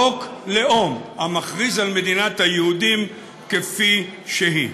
חוק לאום המכריז על מדינת היהודים כפי שהיא.